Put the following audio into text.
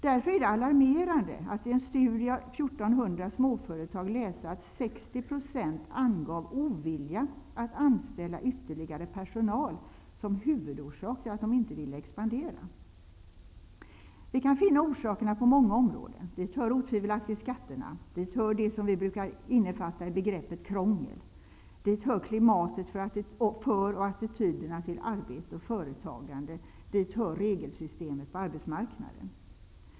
Därför är det alarmerande att i en studie av 1 400 småföretag läsa att 60 % angav ovilja att anställa ytterligare personal som huvudorsak till att de inte ville expandera. Vi kan finna orsakerna på många områden. Dit hör otvivelaktigt skatterna. Dit hör det som vi brukar innefatta i begreppet krångel. Dit hör klimatet för och attityderna till arbete och företagande. Dit hör regelsystemet på arbetsmarknaden.